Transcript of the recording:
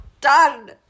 done